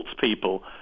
people